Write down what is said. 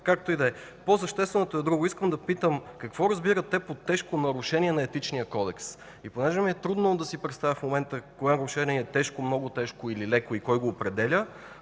както и да е. По-същественото е друго. Искам да питам: какво разбират те под тежко нарушение на Етичния кодекс? И понеже ми е трудно да си представя в момента кое нарушение е тежко, много тежко или леко и кой го определя,